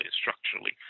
structurally